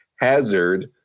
hazard